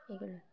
এইগুলো